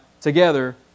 together